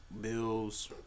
Bills